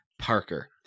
Parker